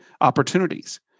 opportunities